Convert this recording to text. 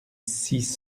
six